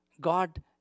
God